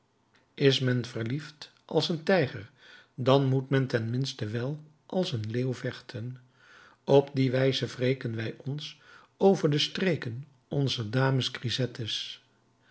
is men verliefd als een tijger dan moet men ten minste wel als een leeuw vechten op die wijze wreken wij ons over de streken onzer dames grisettes